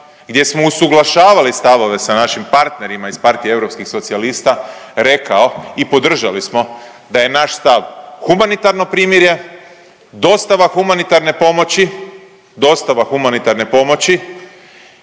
gdje smo usuglašavali stavove sa našim partnerima iz Partije europskih socijalista, rekao i podržali smo da je naš stav humanitarno primirje, dostava humanitarne pomoći, dostava humanitarne pomoći